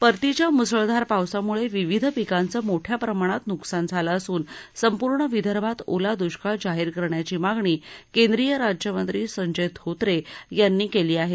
परतीच्या मुसळधार पावसामुळे विविध पिकांचं मोठ्या प्रमाणात नुकसान झालं असून संपूर्ण विदर्भात ओला दुष्काळ जाहीर करण्याची मागणी केंद्रीय राज्यमंत्री संजय धोत्रे यांनी केली आहे